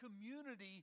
community